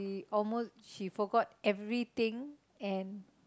almost she forgot everything and